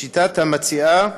לשיטת המציעה,